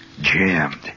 jammed